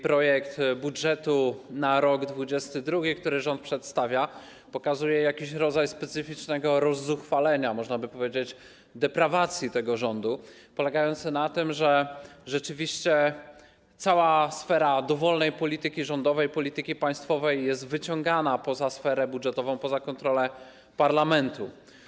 Projekt budżetu na rok 2022, który przedstawia rząd, pokazuje jakiś rodzaj specyficznego rozzuchwalenia, można by powiedzieć: deprawacji tego rządu, polegającej na tym, że rzeczywiście cała sfera dowolnej polityki rządowej, polityki państwowej jest wyciągana poza sferę budżetową, poza kontrolę parlamentu.